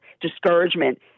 discouragement